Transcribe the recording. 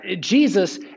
Jesus